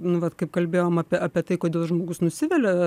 nu vat kaip kalbėjom apie apie tai kodėl žmogus nusivilia